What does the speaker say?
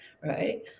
Right